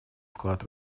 вклад